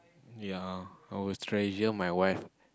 ya I was treasure my wife